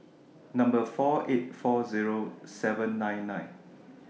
Number four eight four Zero seven nine nine